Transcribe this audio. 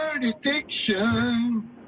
addiction